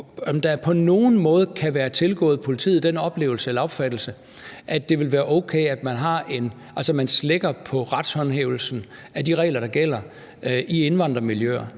om der på nogen måde kan være tilgået politiet den oplevelse eller opfattelse, at det vil være okay, at man slækker på retshåndhævelsen af de regler, der gælder, i indvandrermiljøer;